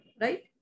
right